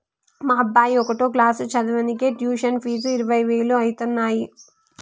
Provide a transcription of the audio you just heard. మా అబ్బాయి ఒకటో క్లాసు చదవనీకే ట్యుషన్ ఫీజు ఇరవై వేలు అయితన్నయ్యి